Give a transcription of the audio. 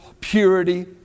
purity